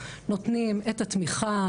נותנים את התמיכה,